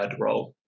role